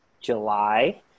july